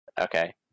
Okay